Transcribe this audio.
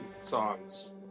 songs